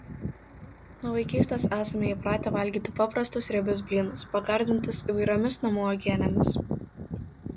nuo vaikystės esame įpratę valgyti paprastus riebius blynus pagardintus įvairiomis namų uogienėmis